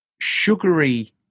sugary